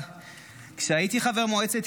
כבר נומקה,